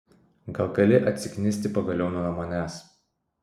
gal gali atsiknisti pagaliau nuo manęs